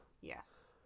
Yes